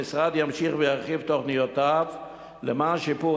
המשרד ימשיך וירחיב תוכניותיו למען שיפור